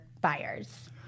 buyers